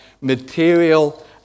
material